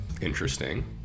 Interesting